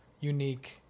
unique